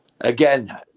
again